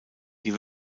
die